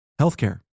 Healthcare